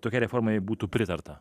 tokiai reformai jei būtų pritarta